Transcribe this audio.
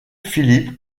philippe